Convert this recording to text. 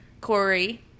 Corey